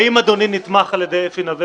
האם אדוני נתמך על ידי אפי נוה,